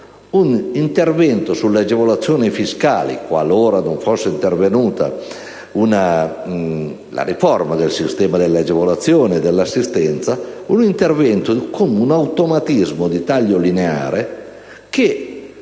un intervento sulle agevolazioni fiscali, qualora non fosse intervenuta la riforma del sistema delle agevolazioni e dell'assistenza, con un automatismo di taglio lineare che,